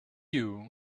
you